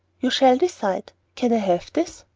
you shall decide. can i have this?